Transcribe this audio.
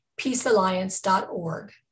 peacealliance.org